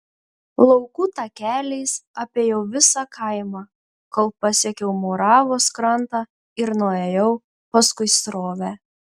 laukų takeliais apėjau visą kaimą kol pasiekiau moravos krantą ir nuėjau paskui srovę